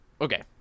Okay